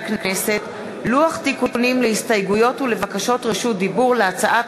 לוח תיקונים להסתייגויות ולבקשות רשות דיבור על הצעת